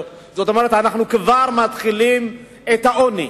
אנחנו כבר מתחילים את העוני,